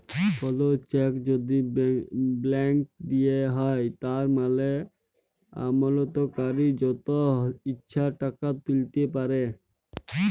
call cheque যদি blank দিঁয়া হ্যয় তার মালে আমালতকারি যত ইছা টাকা তুইলতে পারে